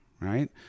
right